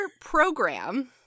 program